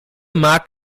mag